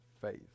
faith